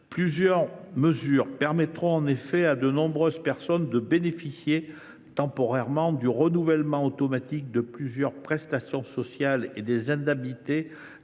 Plusieurs mesures permettront en effet à de nombreuses personnes de bénéficier, temporairement, du renouvellement automatique de certaines prestations sociales et des allocations